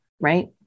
right